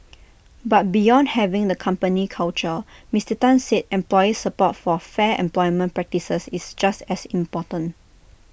but beyond having the company culture Mister Tan said employee support for fair employment practices is just as important